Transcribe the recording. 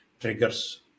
triggers